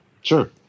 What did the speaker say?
Sure